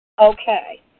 Okay